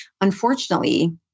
Unfortunately